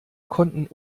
konnten